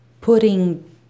putting